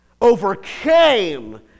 overcame